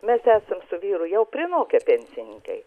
mes esam su vyru jau prinokę pensininkai